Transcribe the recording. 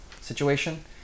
situation